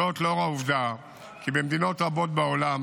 זאת לאור העובדה כי במדינות רבות בעולם